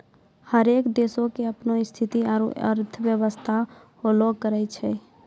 हरेक देशो के अपनो स्थिति आरु अर्थव्यवस्था होलो करै छै